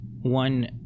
one